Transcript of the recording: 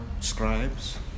scribes